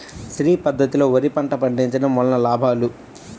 శ్రీ పద్ధతిలో వరి పంట పండించడం వలన లాభాలు?